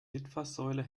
litfaßsäule